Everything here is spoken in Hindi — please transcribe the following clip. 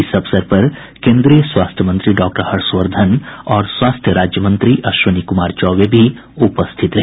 इस अवसर पर केन्द्रीय स्वास्थ्य मंत्री डॉक्टर हर्षवर्धन और स्वास्थ्य राज्य मंत्री अश्विनी कुमार चौबे भी उपस्थित रहे